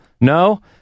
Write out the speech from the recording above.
No